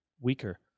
weaker